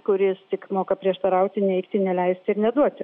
kuris tik moka prieštarauti neigti neleisti ir neduoti